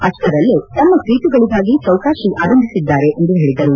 ಅಷ್ವರಲ್ಲೇ ಅವರು ತಮ್ಮ ಸೀಟುಗಳಿಗಾಗಿ ಚೌಕಾಶಿ ಆರಂಭಿಸಿದ್ದಾರೆ ಎಂದು ಹೇಳಿದರು